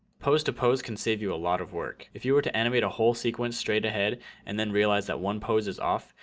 pose to pose can save you a lot of work. if you were to animate a whole sequence straight ahead and then realize that one pose is off.